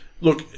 Look